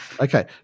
Okay